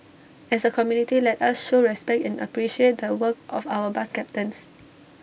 as A community let us show respect and appreciate the work of our bus captains